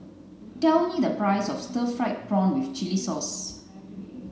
tell me the price of stir fried prawn with chili sauce